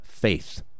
faith